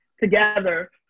Together